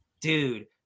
Dude